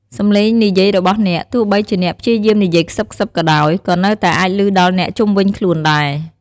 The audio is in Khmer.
សំឡេងនិយាយរបស់អ្នក ទោះបីជាអ្នកព្យាយាមនិយាយខ្សឹបៗក៏ដោយ ក៏នៅតែអាចឮដល់អ្នកជុំវិញខ្លួនដែរ។